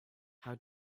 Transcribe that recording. how